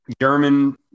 German